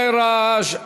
יותר מדי רעש.